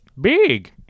Big